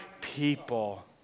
people